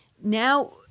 Now